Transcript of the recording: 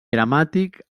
gramàtic